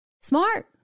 smart